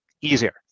easier